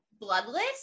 bloodless